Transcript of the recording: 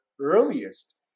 earliest